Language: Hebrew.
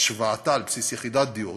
והשוואתה על בסיס יחידת דיור,